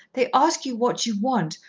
they ask you what you want,